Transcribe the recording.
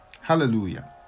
Hallelujah